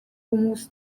хүмүүс